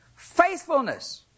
faithfulness